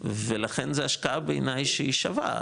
ולכן זה השקעה בעיניי שהיא שווה,